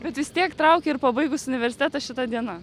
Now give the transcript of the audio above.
bet vis tiek traukia ir pabaigus universitetą šita diena